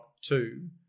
two